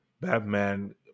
Batman